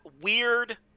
weird